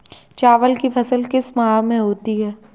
चावल की फसल किस माह में होती है?